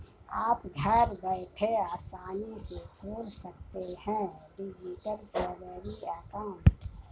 आप घर बैठे आसानी से खोल सकते हैं डिजिटल सैलरी अकाउंट